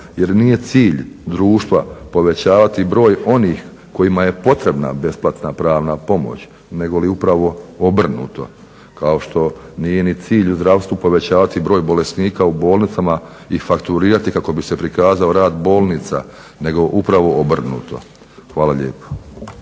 jer nije cilj društva povećavati broj onih kojima je potrebna besplatna pravna pomoć negoli upravo obrnuto. Kao što nije ni cilj u zdravstvu povećavati broj bolesnika u bolnicama i fakturirati kako bi se prikazao rad bolnica nego upravo obrnuto. Hvala lijepo.